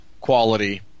quality